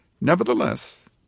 nevertheless